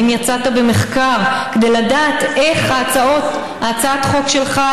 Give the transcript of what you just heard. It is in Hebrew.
האם יצאת במחקר כדי לדעת איך הצעת החוק שלך,